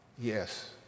Yes